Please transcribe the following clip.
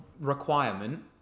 requirement